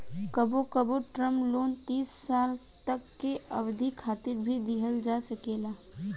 कबो कबो term loan तीस साल तक के अवधि खातिर भी दीहल जा सकेला